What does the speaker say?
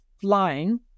flying